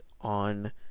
on